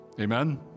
Amen